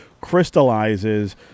crystallizes